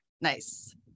nice